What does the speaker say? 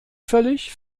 völlig